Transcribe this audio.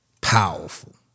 Powerful